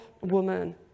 woman